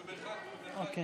הוא במרחק קריאה.